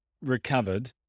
recovered